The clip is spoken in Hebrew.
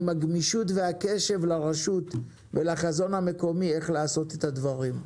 עם הגמישות הקשב לרשות ולחזון המקומי איך לעשות את הדברים.